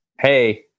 Hey